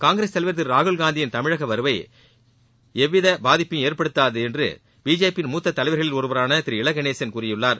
காங்கிரஸ் தலைவர் திரு ராகுல் காந்தியின் தமிழக வருகை எவ்வித பாதிப்பையும் ஏற்படத்தாது என்று பிஜேபியின் மூத்த தலைவர்களில் ஒருவரான திரு இல கணேசன் கூறியுள்ளார்